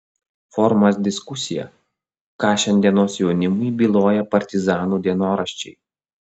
forumas diskusija ką šiandienos jaunimui byloja partizanų dienoraščiai